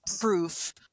proof